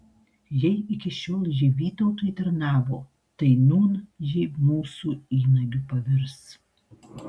jei iki šiol ji vytautui tarnavo tai nūn ji mūsų įnagiu pavirs